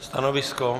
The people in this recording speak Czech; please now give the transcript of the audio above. Stanovisko?